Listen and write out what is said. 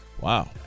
Wow